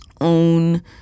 own